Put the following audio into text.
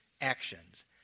actions